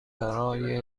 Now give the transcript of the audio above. برای